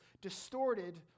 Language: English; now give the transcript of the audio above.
distorted